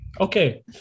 okay